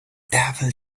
devil